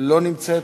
לא נמצאת.